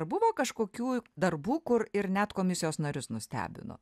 ar buvo kažkokių darbų kur ir net komisijos narius nustebino